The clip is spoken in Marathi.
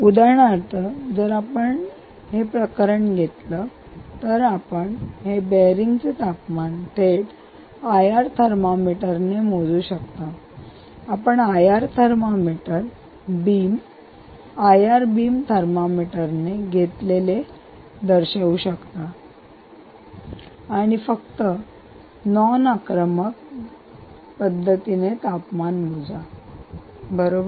उदाहरणार्थ जर आपण हे प्रकरण घेतले तर आपण हे बेअरींग चे तापमान थेट आयआर थर्मामीटरने मोजू शकता असते आपण IR thermometer beam I R beam थर्मामीटरने घेतलेले दर्शवू शकता आणि घेण्यास माहित आहे आणि फक्त या नॉन आक्रमक पद्धतीने तापमान मोजा बरोबर